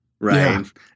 Right